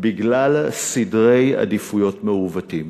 בגלל סדרי עדיפויות מעוותים,